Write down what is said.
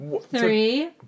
Three